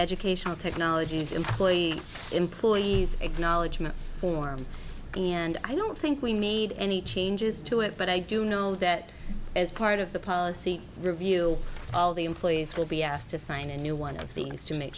educational technologies employee employees acknowledgement form and i don't think we need any changes to it but i do know that as part of the policy review all the employees will be asked to sign a new one of these to make